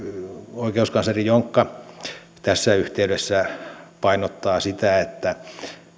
oikeuskansleri jonkka tässä yhteydessä painottaa sitä että